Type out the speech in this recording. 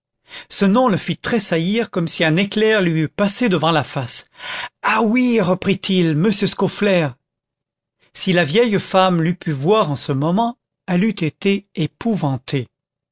ce nom le fit tressaillir comme si un éclair lui eût passé devant la face ah oui reprit-il m scaufflaire si la vieille femme l'eût pu voir en ce moment elle eût été épouvantée